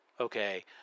okay